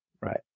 Right